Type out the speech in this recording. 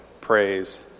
praise